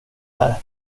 här